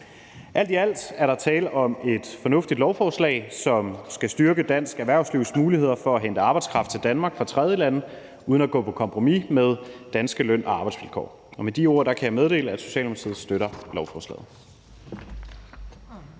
Alt i alt er der tale om et fornuftigt lovforslag, som skal styrke dansk erhvervslivs muligheder for at hente arbejdskraft til Danmark fra tredjelande uden at gå på kompromis med danske løn- og arbejdsvilkår. Med de ord kan jeg meddele, at Socialdemokratiet støtter lovforslaget.